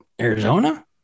arizona